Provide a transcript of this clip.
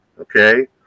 Okay